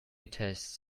tastes